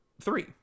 three